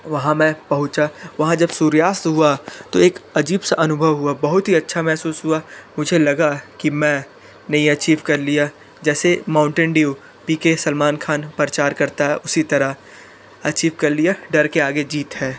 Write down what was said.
वहाँ मैं पहुँचा वहाँ जब सूर्यास्त हुआ तो एक अजीब सा अनुभव हुआ बहुत ही अच्छा महसूस हुआ मुझे लगा कि मैं ने यह एचीव कर लिया जैसे माउंटेन ड्यू पी के सलमान ख़ान प्रचार करता है उसी तरह अचीव कर लिया डर के आगे जीत है